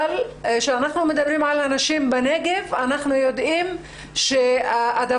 כשאנחנו מדברים על נשים בנגב אנחנו יודעים שהבעיה